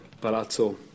Palazzo